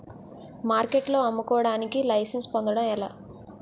మార్కెట్లో అమ్ముకోడానికి లైసెన్స్ పొందడం ఎలా?